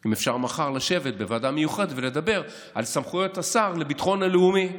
אם אפשר מחר לשבת בוועדה מיוחדת ולדבר על סמכויות השר לביטחון הלאומי?